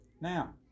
Now